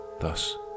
Thus